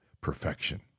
perfection